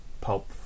pulp